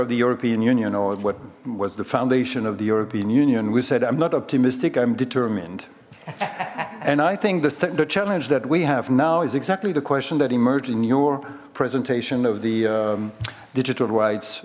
of the european union or what was the foundation of the european union we said i'm not optimistic i'm determined and i think that's the challenge that we have now is exactly the question that emerged in your presentation of the digital rights